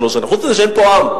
וחוץ מזה שאין פה עם.